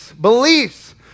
Beliefs